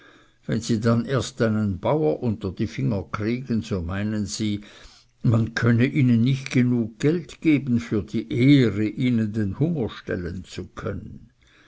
wenn sie dann erst einen bauer unter die finger kriegen so meinen sie man könne ihnen nicht geld genug geben für die ehre ihnen den hunger stellen zu können